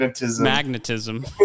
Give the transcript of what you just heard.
magnetism